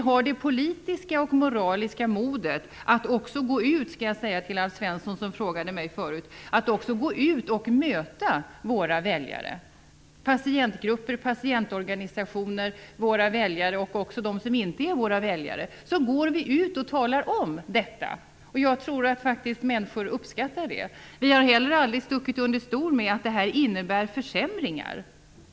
Jag vill till Alf Svensson, som tidigare frågade mig om detta, säga att vi har det politiska och moraliska modet att möta våra väljare, patientgrupper och patientorganisationer samt även dem som inte är våra väljare och tala om detta för dem. Jag tror faktiskt att människor uppskattar det. Vi har heller aldrig stuckit under stol med att det här innebär försämringar.